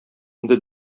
инде